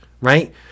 right